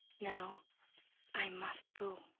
now i must go.